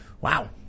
Wow